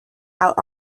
out